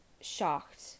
shocked